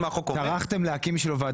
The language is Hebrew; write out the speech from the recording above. טרחתם להקים עבורו ועד ה המיוחדת.